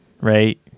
right